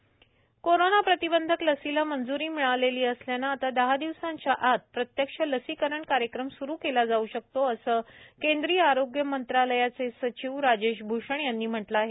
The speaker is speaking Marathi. लसीकरण कोरोना प्रतिबंधक लसीला मंजूरी मिळालेली असल्यानं आता दहा दिवासांच्या आत प्रत्यक्ष लसीकरण कार्यक्रम सुरू केला जाऊ शकतो असं केंद्रीय आरोग्य मंत्रालयाचे सचिव राजेश भूषण यांनी म्हटलं आहे